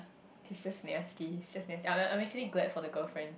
it's just nasty it's just nasty I I'm actually glad for the girlfriend